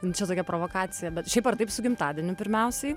nu čia tokia provokacija bet šiaip ar taip su gimtadieniu pirmiausiai